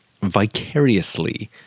vicariously